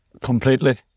completely